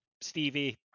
Stevie